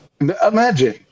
Imagine